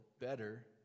better